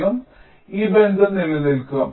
അതിനാൽ ഈ ബന്ധം നിലനിൽക്കും